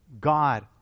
God